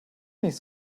nicht